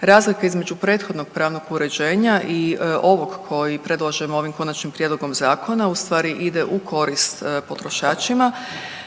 Razlika između prethodnog pravnog uređenja i ovog koji predlažemo ovim Konačnim prijedlogom zakona ustvari ide u korist potrošačima